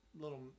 little